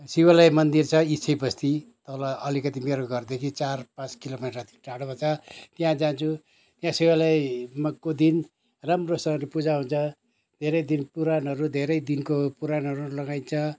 शिवालय मन्दिर छ इच्छे बस्ती तल अलिकति मेरो घरदेखि चार पाँच किलोमिटर जति टाडोमा छ त्यहाँ जान्छु त्यहाँ शिवालयमाको दिन राम्रोसँगले पूजा हुन्छ धेरै दिन पुराणहरू धेरै दिनको पुराणहरू लगाइन्छ